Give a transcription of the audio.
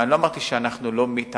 אני לא אמרתי שאנחנו לא מתערבים,